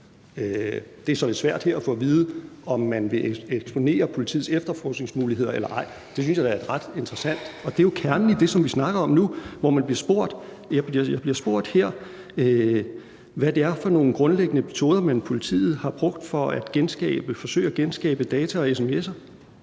lidt svært her at få at vide, om man vil eksponere politiets efterforskningsmuligheder eller ej. Det synes jeg da er ret interessant. Og det er jo kernen i det, som vi snakker om nu, hvor jeg her bliver spurgt, hvad det er for nogle grundlæggende metoder, politiet har brugt for at forsøge at genskabe data og sms'er.